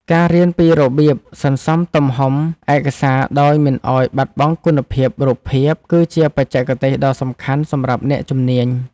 ការរៀនពីរបៀបសន្សំទំហំឯកសារដោយមិនឱ្យបាត់បង់គុណភាពរូបភាពគឺជាបច្ចេកទេសដ៏សំខាន់សម្រាប់អ្នកជំនាញ។